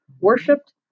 Worshipped